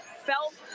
felt